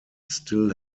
still